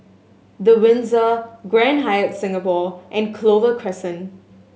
The Windsor Grand Hyatt Singapore and Clover Crescent